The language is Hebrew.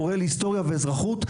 מורה להיסטוריה ואזרחות,